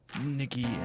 Nikki